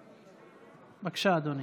בבקשה, אדוני.